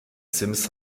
sims